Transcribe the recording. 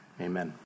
amen